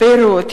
פירות,